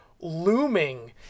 looming